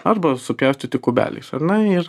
arba supjaustyti kubeliais ar ne ir